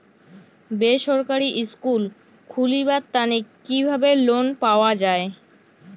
বেসরকারি স্কুল খুলিবার তানে কিভাবে লোন পাওয়া যায়?